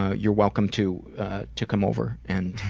ah you're welcome to to come over and